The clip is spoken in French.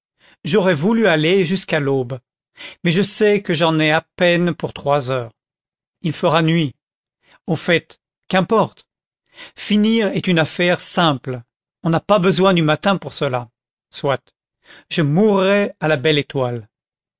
j'aurais voulu aller jusqu'à l'aube mais je sais que j'en ai à peine pour trois heures il fera nuit au fait qu'importe finir est une affaire simple on n'a pas besoin du matin pour cela soit je mourrai à la belle étoile